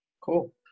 Cool